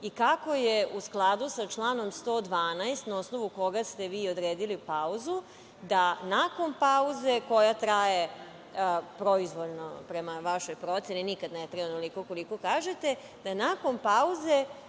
i kako je u skladu sa članom 112, na osnovu koga ste vi odredili pauzu, da nakon pauze, koja traje proizvoljno, prema vašoj proceni, nikad ne traje onoliko koliko kažete, da nakon pauze